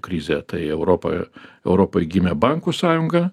krizė tai europoje europai gimė bankų sąjunga